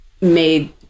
made